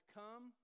come